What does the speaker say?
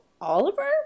Oliver